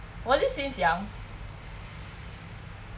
was it since young